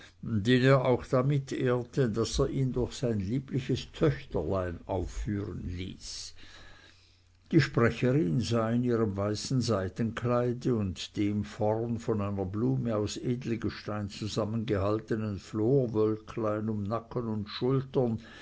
er auch damit ehrte daß er durch ihn sein liebliches töchterlein aufführen ließ die sprecherin sah in ihrem weißen seidenkleide und dem vorn von einer blume aus edelgestein zusammengehaltenen florwölklein um nacken und schultern